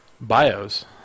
bios